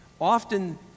Often